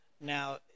Now